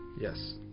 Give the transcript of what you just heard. Yes